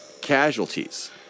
casualties